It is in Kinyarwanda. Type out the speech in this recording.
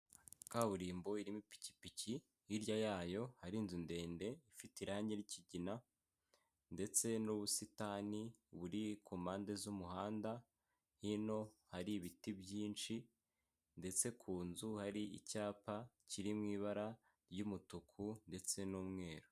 Kaburimbo irimo ipikipiki hirya yayo hari inzu ndende ifite irangi ry'ikigina, ndetse n'ubusitani buri ku mpande z'umuhanda hino hari ibiti byinshi ndetse ku nzu hari icyapa kiri mu ibara ry'umutuku ndetse n'umweru.